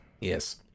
Yes